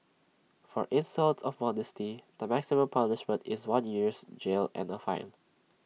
for insult of modesty the maximum punishment is one year's jail and A fine